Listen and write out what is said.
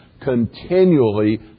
continually